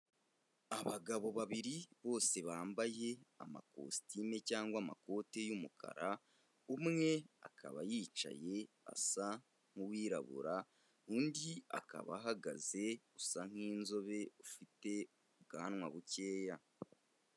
Abagabo babiri bose bambaye amakositimu cyangwa amakoti y'umukara, umwe akaba yicaye asa nk'uwirabura, undi akaba ahagaze usa nk'inzobe ufite ubwanwa bukeya.